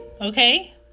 okay